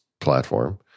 platform